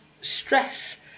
stress